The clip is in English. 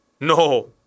No